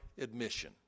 admission